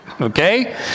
Okay